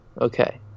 Okay